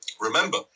remember